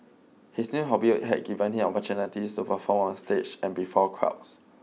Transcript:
his new hobby had given him opportunities to perform on stage and before crowds